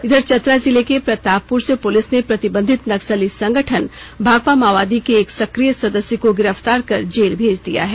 इधर चतरा जिले के प्रतापपुर से पुलिस ने प्रतिबंधित नक्सली संगठन भाकपा माओवादी के एक सक्रिय सदस्य को गिरफ्तार कर जेल भेज दिया है